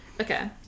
Okay